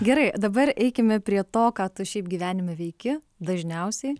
gerai dabar eikime prie to ką tu šiaip gyvenime veiki dažniausiai